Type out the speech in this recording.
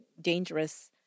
dangerous